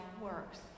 works